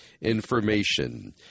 information